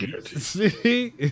see